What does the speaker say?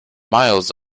miles